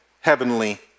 heavenly